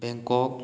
Bangkok